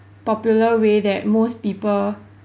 popular way that most people